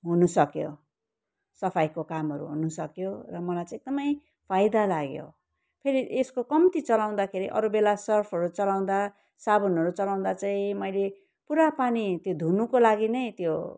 हुनुसक्यो सफाइको कामहरू हुनुसक्यो र मलाई चाहिँ एकदमै फाइदा लाग्यो फेरि यसको कम्ती चलाउँदाखेरि अरूबेला सर्फहरू चलाउँदा साबुनहरू चलाउँदा चैँ मैले पुरा पानी त्यो धुनुको लागि नै त्यो